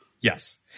Yes